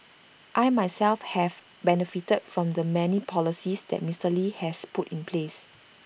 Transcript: I myself have benefited from the many policies that Mister lee has put in place